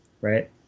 right